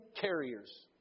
carriers